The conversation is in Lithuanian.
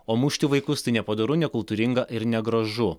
o mušti vaikus tai nepadoru nekultūringa ir negražu